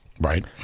Right